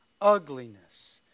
ugliness